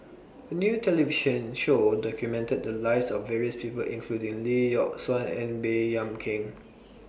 A New television Show documented The Lives of various People including Lee Yock Suan and Baey Yam Keng